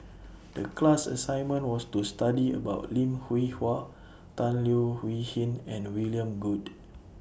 The class assignment was to study about Lim Hwee Hua Tan Leo Wee Hin and William Goode